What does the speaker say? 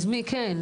אז מי כן?